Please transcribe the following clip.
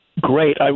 Great